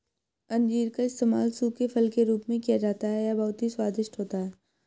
अंजीर का इस्तेमाल सूखे फल के रूप में किया जाता है यह बहुत ही स्वादिष्ट होता है